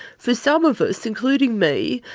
for some of us, including me,